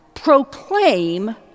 Proclaim